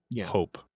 hope